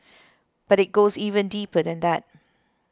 but it goes even deeper than that